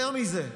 יותר מזה,